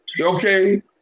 okay